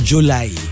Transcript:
July